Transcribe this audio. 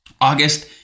August